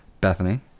Bethany